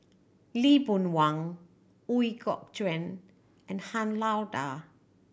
Lee Boon Wang Ooi Kok Chuen and Han Lao Da